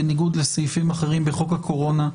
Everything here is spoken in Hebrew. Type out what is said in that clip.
בניגוד לסעיפים אחרים בחוק הקורונה,